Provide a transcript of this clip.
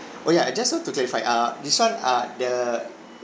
oh ya I just want to clarify uh this [one] uh the